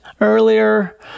earlier